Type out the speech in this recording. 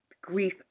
grief